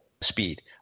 speed